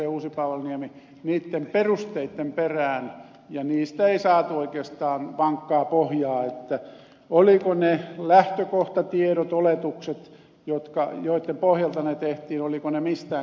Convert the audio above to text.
uusipaavalniemi niitten perusteitten perään ja niistä ei saatu oikeastaan vankkaa pohjaa että olivatko ne lähtökohtatiedot oletukset joitten pohjalta ne tehtiin mistään kotoisin